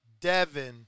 Devin